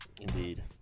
Indeed